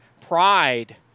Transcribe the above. pride